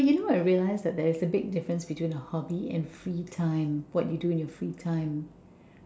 but you know I realize there's a big difference between a hobby and free time what do you do during your free time